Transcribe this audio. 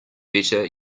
better